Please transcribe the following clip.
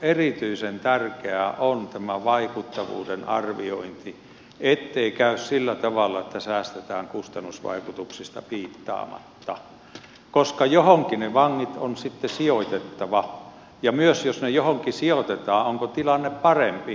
erityisen tärkeää on vaikuttavuuden arviointi ettei käy sillä tavalla että säästetään kustannusvaikutuksista piittaamatta koska johonkin ne vangit on sitten sijoitettava ja myös jos ne johonkin sijoitetaan onko tilanne parempi